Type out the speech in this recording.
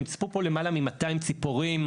נצפו פה למעלה ממאתיים ציפורים,